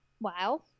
Wow